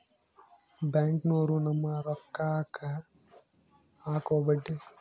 ಬ್ಯಾಂಕ್ನೋರು ನಮ್ಮ್ ರೋಕಾಕ್ಕ ಅಕುವ ಬಡ್ಡಿ